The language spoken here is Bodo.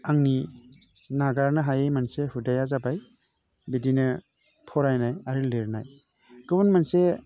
आंनि नागारनो हायै मोनसे हुदाया जाबाय बिदिनो फरायनाय आरो लिरनाय गुबुन मोनसे